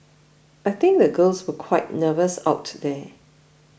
I think the girls were quite nervous out there